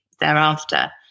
thereafter